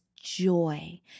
joy